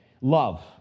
love